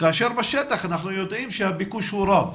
כאשר בשטח אנחנו יודעים שהביקוש הוא רב,